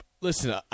Listen